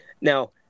Now